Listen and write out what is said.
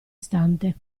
istante